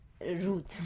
route